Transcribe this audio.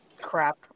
Crap